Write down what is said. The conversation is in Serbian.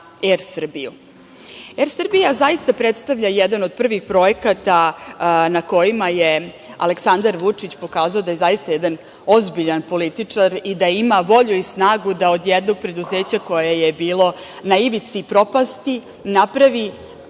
„Er Srbiju“. „Er Srbija“ zaista predstavlja jedan od prvih projekata na kojima je Aleksandar Vučić pokazao da je zaista jedan ozbiljan političar i da ima volju i snagu da od jednog preduzeća koje je bilo na ivici propasti napravi